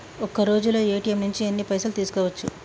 ఒక్కరోజులో ఏ.టి.ఎమ్ నుంచి ఎన్ని పైసలు తీసుకోవచ్చు?